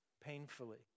painfully